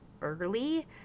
early